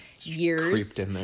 years